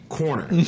corner